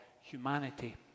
humanity